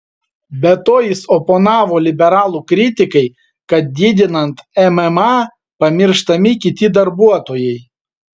be to jis oponavo liberalų kritikai kad didinant mma pamirštami kiti darbuotojai